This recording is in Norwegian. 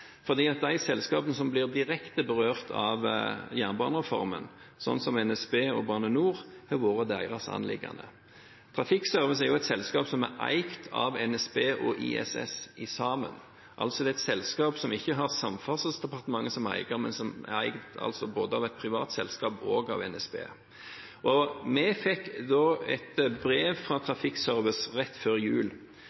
de selskapene som blir direkte berørt av jernbanereformen, som NSB og Bane NOR, har vært deres anliggende. Trafikkservice er et selskap som eies av NSB og ISS sammen, altså et selskap som ikke har Samferdselsdepartementet som eier, men som eies både av et privat selskap og av NSB. Vi fikk et brev fra